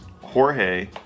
Jorge